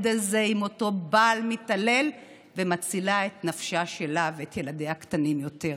הזה עם אותו בעל מתעלל ומצילה את נפשה שלה ואת ילדיה הקטנים יותר.